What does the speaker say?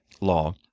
law